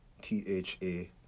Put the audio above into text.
T-H-A